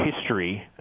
history